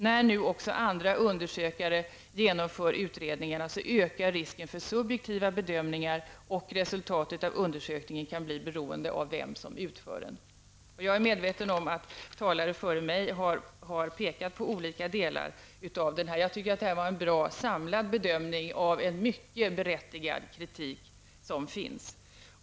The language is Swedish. När nu också andra undersökare gör utredningar ökar risken för subjektiva bedömningar, och resultatet av undersökningen kan bli beroende av vem som utför den. Jag är medveten om att talare före mig har pekat på olika delar av dessa argument. Jag tycker att det här var en bra samlad bedömning av den mycket berättigade kritiken som finns.